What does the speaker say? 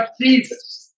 Jesus